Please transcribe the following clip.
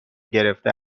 گرفته